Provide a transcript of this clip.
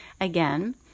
again